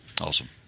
Awesome